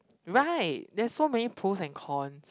right there's so many pros and cons